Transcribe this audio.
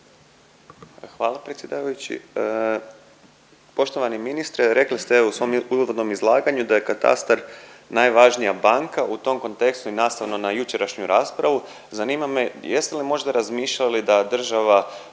Hvala predsjedavajući. Poštovani ministre, rekli ste evo u svom uvodnom izlaganju da je katastar najvažnija banka u tom kontekstu i nastavno na jučerašnju raspravu zanima me jeste li možda razmišljali da država